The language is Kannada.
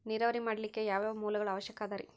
ನೇರಾವರಿ ಮಾಡಲಿಕ್ಕೆ ಯಾವ್ಯಾವ ಮೂಲಗಳ ಅವಶ್ಯಕ ಅದರಿ?